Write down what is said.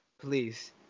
Please